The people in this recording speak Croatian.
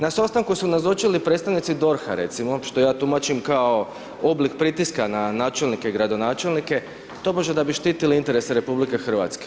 Na sastanku su nazočili predstavnici DORH-a recimo što ja tumačim kao oblik pritiska na načelnike i gradonačelnike tobože da bi štitili interese RH.